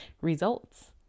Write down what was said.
results